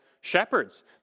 shepherds